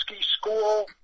School